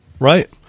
Right